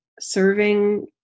serving